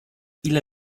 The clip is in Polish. ile